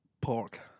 pork